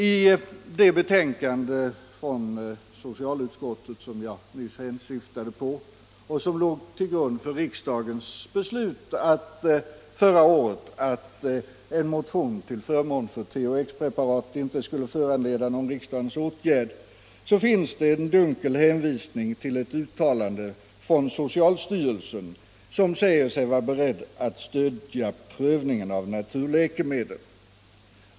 I det betänkande från socialutskottet som jag nyss hänsyftade på och som låg till grund för riksdagens beslut förra året att bl.a. en motion till förmån för THX-preparatet inte skulle föranleda någon riksdagens åtgärd finns en dunkel hänvisning till ett uttalande om att socialstyrelsen är beredd att stödja prövningen av naturläkemedel.